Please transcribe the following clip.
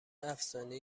افسانه